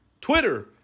Twitter